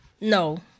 No